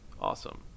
Awesome